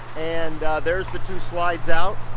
and there's the two slides out.